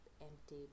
empty